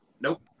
Nope